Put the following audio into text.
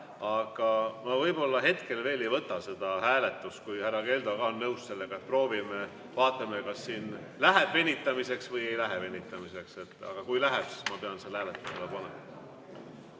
aga ma võib-olla hetkel veel ei tee seda hääletust, kui härra Keldo nõus on. Proovime, vaatame, kas siin läheb venitamiseks või ei lähe venitamiseks. Aga kui läheb, siis ma pean selle hääletusele panema.